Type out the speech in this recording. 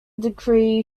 degree